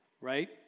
right